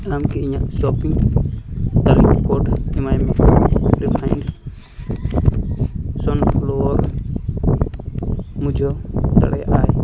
ᱟᱢ ᱠᱤ ᱤᱧᱟᱹᱜ ᱥᱚᱯᱤᱝ ᱛᱟᱹᱞᱤᱠᱟ ᱠᱟᱨᱰ ᱨᱤᱯᱷᱟᱭᱤᱱ ᱥᱟᱱᱯᱷᱞᱟᱣᱟᱨ ᱢᱩᱪᱷᱟᱹᱣ ᱫᱟᱲᱮᱭᱟᱜᱼᱟᱭ